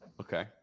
Okay